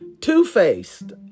Two-faced